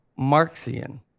Marxian